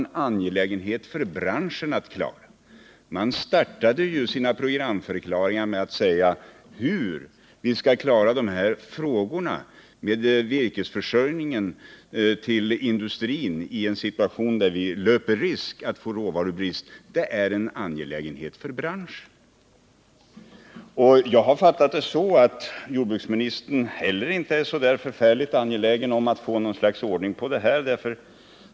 Man startade ju sina programförklaringar med att säga: Hur vi skall klara frågorna om virkesförsörjningen till industrin i en situation där vi löper risk att få råvarubrist, det är en angelägenhet för branschen. Jag har fattat det så att jordbruksministern heller inte är så förfärligt angelägen om att få någon ordning på detta.